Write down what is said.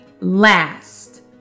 last